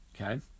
Okay